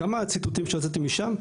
כמה ציטוטים שהוצאתי משם.